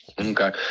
Okay